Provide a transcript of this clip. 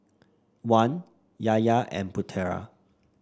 Wan Yahya and Putera